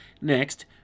next